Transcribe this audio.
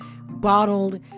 bottled